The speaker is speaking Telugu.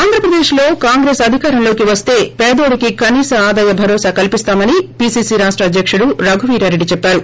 ఆంధ్రప్రదేశ్ లో కాంగ్రెస్ అధికారంలోకి వస్తే పేదోడికి కనీస ఆదాయ భరోసా కల్సిస్తామని పీసీసీ రాష్ట అద్యకుడు రఘువీరారెడ్డి చెప్పారు